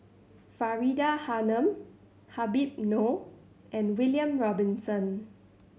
Faridah Hanum Habib Noh and William Robinson